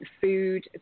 food